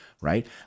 Right